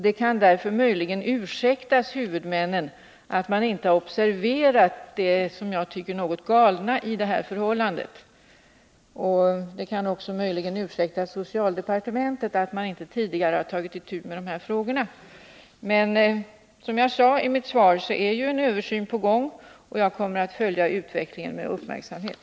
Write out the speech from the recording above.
Det kan därför möjligen ursäktas huvudmännen att de inte har observerat det som jag tycker något galna i det här förhållandet. Det-kan också möjligen ursäktas socialdepartementet att man där inte tidigare har tagit itu med de här frågorna. Men som jag sade i mitt svar är en översyn på gång, och jag kommer att följa utvecklingen med uppmärksamhet.